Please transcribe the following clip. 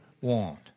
want